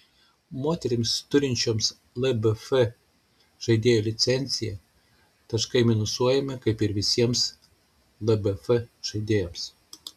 moterims turinčioms lbf žaidėjo licenciją taškai minusuojami kaip ir visiems lbf žaidėjams